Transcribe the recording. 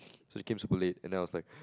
so they came super late and then I was like